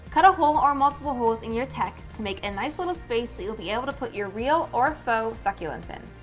cut a hole or multiple holes in your tech to make a nice little space that you'll be able to put your real or faux succulents in.